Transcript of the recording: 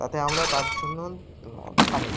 তাতে আমরা তার জন্য থামি